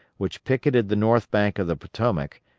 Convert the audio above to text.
which picketed the north bank of the potomac,